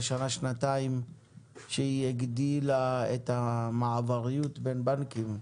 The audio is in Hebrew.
שנה-שנתיים שהיא הגדילה את המעבריות בין בנקים?